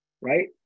Right